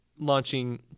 launching